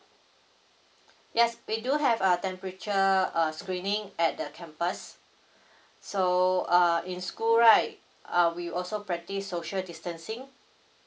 yes we do have err temperature uh screening at the campus so err in school right uh we also practice social distancing